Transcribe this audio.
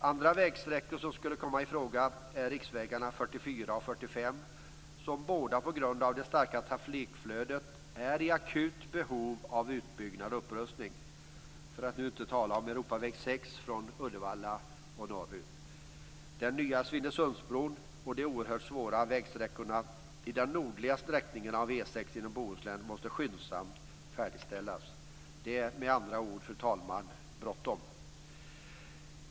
Andra vägsträckor som skulle kunna komma i fråga är riksvägarna 44 och 45, som båda på grund av det starka trafikflödet är i akut behov av utbyggnad och upprustning - för att nu inte tala om Europaväg 6 från Uddevalla och norrut; den nya Svinesundsbron och de oerhört svåra vägsträckorna på den nordliga sträckningen av E 6 genom Bohuslän måste skyndsamt färdigställas. Det är med andra ord, fru talman, bråttom.